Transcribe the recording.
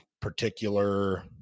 particular